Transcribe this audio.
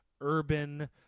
urban